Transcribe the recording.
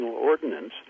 ordinance